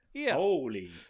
Holy